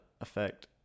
effect